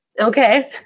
Okay